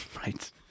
Right